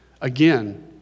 Again